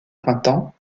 printemps